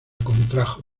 contrajo